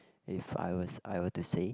if I was I were to say